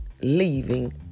leaving